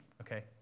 okay